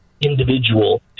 individual